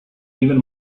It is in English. even